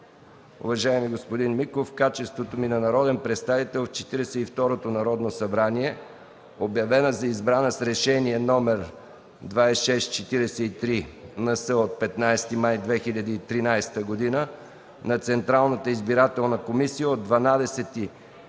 „Уважаеми господин Миков, в качеството ми на народен представител в Четиридесет и второто Народно събрание, обявена за избрана с Решение № 2643-НС от 15 май 2013 г. на Централната избирателна комисия от 12.